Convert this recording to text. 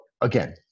again